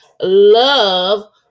love